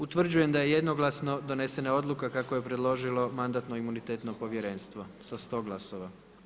Utvrđujem da je jednoglasno donesena odluka, kako je predložilo Mandatno-imunitetno povjerenstvo, sa 100 glasova.